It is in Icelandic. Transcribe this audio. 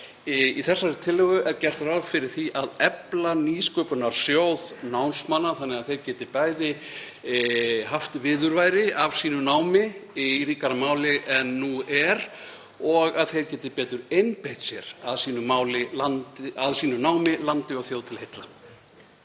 Í þessari tillögu er gert ráð fyrir því að efla nýsköpunarsjóð námsmanna þannig að námsmenn geti bæði haft viðurværi af námi sínu í ríkara mæli en nú er og að þeir geti betur einbeitt sér að námi sínu, landi og þjóð til heilla.